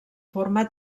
forma